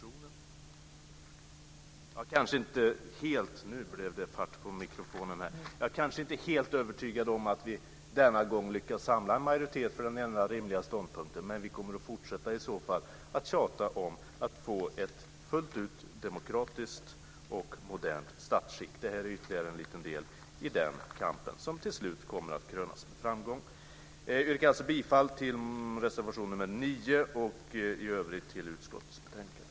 Självfallet måste vi bifalla den här motionen. Jag kanske inte är helt övertygad om att vi denna gång lyckas samla en majoritet för den enda rimliga ståndpunkten, men vi kommer i så fall att fortsätta tjata om att få ett fullt ut demokratiskt och modernt statsskick. Det här är ytterligare en liten del i den kampen, som till slut kommer att krönas med framgång. Jag yrkar alltså bifall till reservation nr 9, och i övrigt till förslaget i utskottets betänkande.